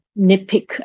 nitpick